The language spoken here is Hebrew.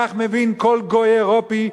כך מבין כל גוי אירופי,